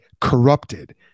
corrupted